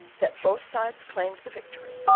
that both sides claimed the victory,